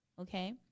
okay